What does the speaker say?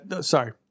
sorry